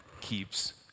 keeps